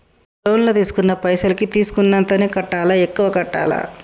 Loan లా తీస్కున్న పైసల్ కి తీస్కున్నంతనే కట్టాలా? ఎక్కువ కట్టాలా?